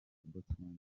botswana